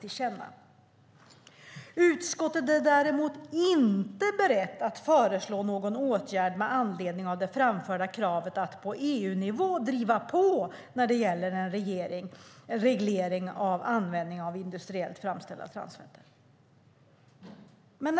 Vidare anfördes följande i betänkandet: "Utskottet är däremot inte berett att föreslå någon åtgärd med anledning av det framförda kravet om att på EU-nivå driva på när det gäller en reglering av användningen av industriellt framställda transfetter i livsmedel."